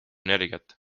energiat